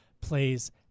plays